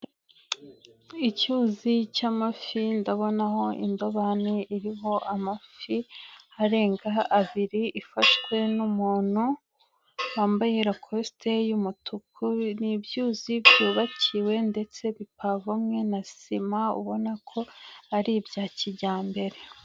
Icyuzi cy'amafi ndabona aho indobani iriho amafi arenga abiri ifashwe n'umuntu wambaye rakosite y'umutuku, ni ibyuzi byubakiwe ndetse bipavomwe na sima ubona ko ari ibya kijyambere.